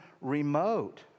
remote